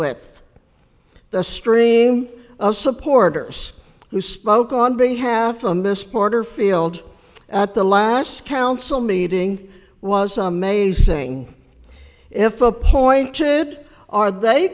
with the stream of supporters who spoke on behalf of miss porterfield at the last council meeting was amazing if appointed are they